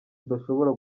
udashobora